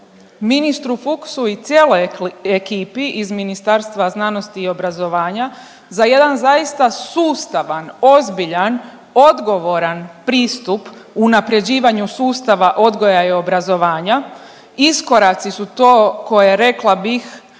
ministru Fuchsu i cijeloj ekipi iz Ministarstva znanosti i obrazovanja za jedan zaista sustavan, ozbiljan, odgovoran pristup unaprjeđivanju sustava odgoja i obrazovanja, iskoraci su to koje, rekla bih,